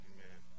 Amen